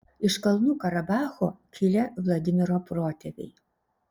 iš kalnų karabacho kilę vladimiro protėviai